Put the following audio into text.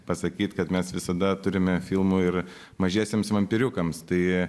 pasakyt kad mes visada turime filmų ir mažiesiems vampyriukams tai